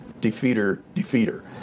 defeater-defeater